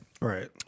Right